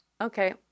okay